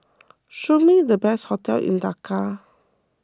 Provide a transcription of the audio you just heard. show me the best hotels in Dakar